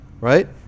right